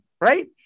Right